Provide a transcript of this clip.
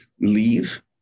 leave